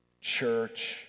church